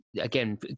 again